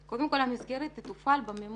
קודם כל המסגרת תתופעל במימון